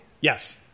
Yes